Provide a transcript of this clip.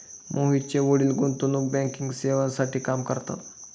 मोहितचे वडील गुंतवणूक बँकिंग सेवांसाठी काम करतात